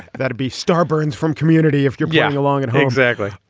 that would be star burns from community if you're getting along and exactly.